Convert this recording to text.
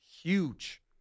huge